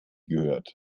gehört